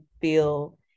feel